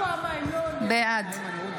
בעד